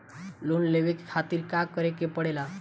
Loan लेवे के खातिर का करे के पड़ेला?